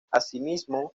asimismo